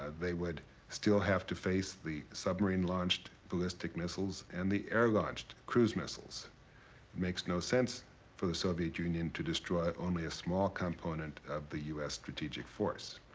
ah they would still have to face the submarine launched ballistic missiles and the air-launched cruise missiles. it makes no sense for the soviet union to destroy only a small component of the u s. strategic force.